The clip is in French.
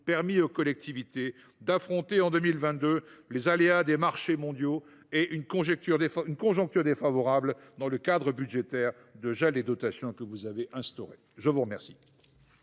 permis aux collectivités d’affronter, en 2022, les aléas des marchés mondiaux et une conjoncture défavorable, dans le cadre budgétaire de gel des dotations que vous avez instauré. La parole